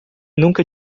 nunca